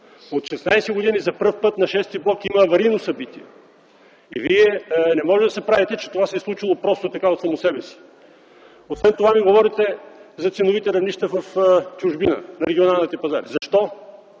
От 16 години за пръв път на Шести блок има аварийно събитие. Вие не може да се правите, че това се е случило просто така, от само себе си. Освен това ми говорите за ценовите равнища в чужбина, на регионалните пазари. Защо